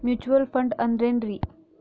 Mutual fund ಅಂದ್ರೆನ್ರಿ?